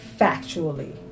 factually